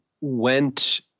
went